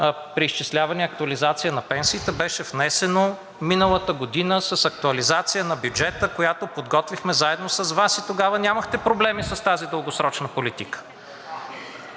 преизчисляване и актуализация на пенсиите беше внесено миналата година с актуализация на бюджета, която подготвихме заедно с Вас и тогава нямахте проблеми с тази дългосрочна политика.